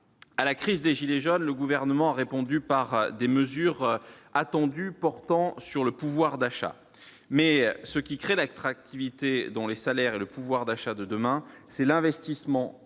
à la crise des gilets jaunes, le gouvernement a répondu par des mesures attendues portant sur le pouvoir d'achat, mais ce qui crée l'attractivité dont les salaires et le pouvoir d'achat de demain, c'est l'investissement